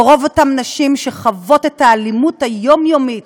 ורוב אותן נשים שחוות את האלימות היומיומית